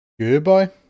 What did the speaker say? Goodbye